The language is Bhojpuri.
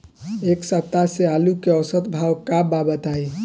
एक सप्ताह से आलू के औसत भाव का बा बताई?